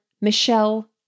Michelle